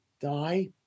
die